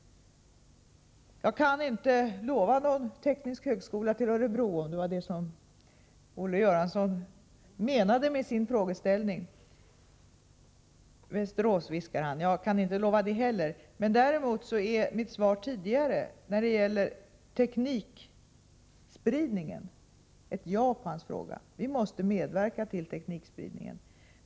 Jag kan inte lova någon teknisk högskola till Örebro, om det var det som Olle Göransson menade med sin fråga. — Västerås, viskar han. Jag kan inte lova det heller. Däremot är mitt svar på hans fråga om teknikspridningen ett ja. Vi måste medverka till teknikspridningen.